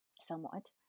somewhat